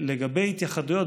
לגבי התייחדויות,